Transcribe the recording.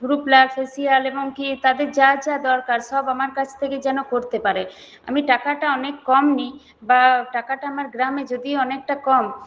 ভ্রু pluck facial এবং কি তাদের যা যা দরকার সব আমার কাছ থেকে যেন করতে পারে আমি টাকাটা অনেক কম নিই বা টাকাটা আমার গ্রামে যদিও অনেকটা কম